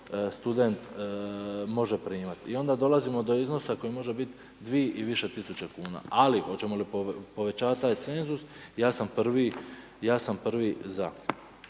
student može primati. I onda dolazimo do iznosa koji može biti 2 i više tisuća kuna. Ali hoćemo li povećavati taj cenzus, ja sam prvi, ja